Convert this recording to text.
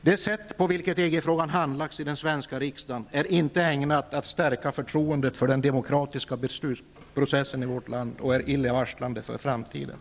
Det sätt på vilket EG-frågan har handlagts i den svenska riksdagen är inte ägnat att stärka förtroendet för den demokratiska beslutsprocessen i vårt land. Dessutom är det illavarslande för framtiden.